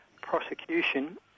prosecution